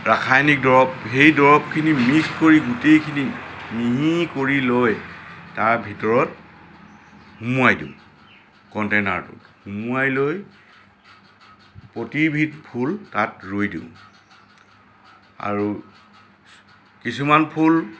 ৰাসায়নিক দৰৱ সেই দৰৱখিনি মিক্স কৰি গোটেইখিনি মিহি কৰি লৈ তাৰ ভিতৰত সোমোৱাই দিওঁ কণ্টেইনাৰটো সোমোৱাই লৈ প্ৰতিবিধ ফুল তাত ৰুই দিওঁ আৰু কিছুমান ফুল